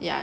ya